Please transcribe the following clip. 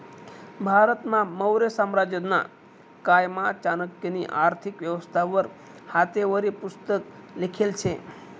भारतमा मौर्य साम्राज्यना कायमा चाणक्यनी आर्थिक व्यवस्था वर हातेवरी पुस्तक लिखेल शे